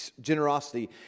generosity